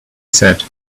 said